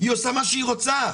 היא עושה מה שהיא רוצה,